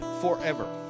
forever